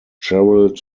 gerald